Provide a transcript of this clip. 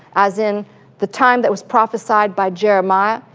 as in the time that was prophesied by jeremiah,